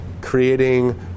creating